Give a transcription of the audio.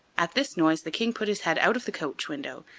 at this noise the king put his head out of the coach-window,